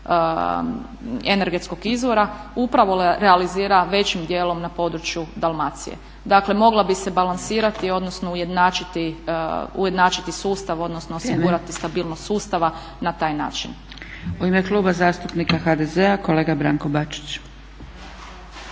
energetskog izvora upravo realizira većim djelom na području Dalmacije. Dakle mogla bi se balansirati odnosno ujednačiti sustav odnosno osigurati stabilnost sustava na taj način. **Zgrebec, Dragica (SDP)** U ima Kluba zastupnika HDZ-a kolega Branko Bačić.